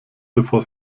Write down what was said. bevor